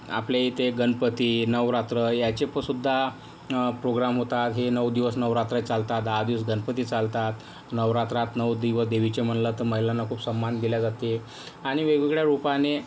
आपले इथे गणपती नवरात्र ह्याचेपण सुद्धा प्रोग्रॅम होतात हे नऊ दिवस नवरात्र चालतात दहा दिवस गणपती चालतात नवरात्रात नऊ दिवस देवीचे म्हणलं तर महिलांना खूप सम्मान दिले जाते आणि वेगवेगळ्या रूपाने